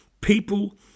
People